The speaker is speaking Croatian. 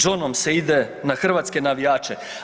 Đonom se ide na hrvatske navijače.